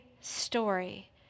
story